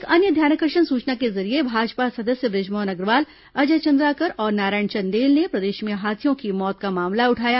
एक अन्य ध्यानाकर्षण सूचना के जरिये भाजपा सदस्य बृजमोहन अग्रवाल अजय चंद्राकर और नारायण चंदेल ने प्रदेश में हाथियों की मौत का मामला उठाया